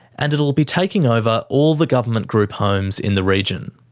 and it'll be taking over all the government group homes in the region.